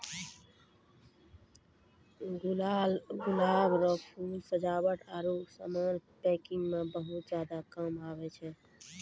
गुलाब रो फूल सजावट आरु समान पैकिंग मे बहुत ज्यादा काम आबै छै